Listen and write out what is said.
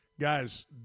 Guys